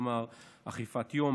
כלומר אכיפת יום,